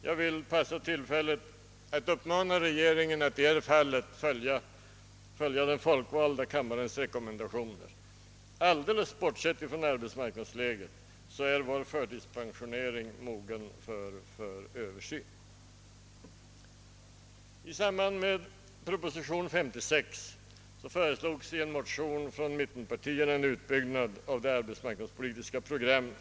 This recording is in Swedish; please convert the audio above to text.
Jag vill passa på tillfället att nu uppmana regeringen att i detta fall följa den folkvalda kammarens rekommendationer. Alldeles bortsett från arbetsmarknadsläget är vår förtidspensionering mogen för översyn. I samband med proposition nr 56 föreslogs i en motion från mittenpartierna en utbyggnad av det arbetspolitiska programmet.